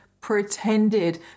Pretended